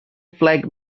flag